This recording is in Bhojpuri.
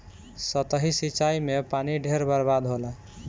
सतही सिंचाई में पानी ढेर बर्बाद होला